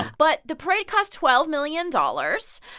but the parade cost twelve million dollars.